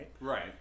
right